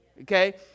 Okay